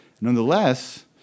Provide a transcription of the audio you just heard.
Nonetheless